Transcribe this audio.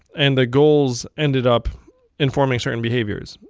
and the goals ended up informing certain behaviors.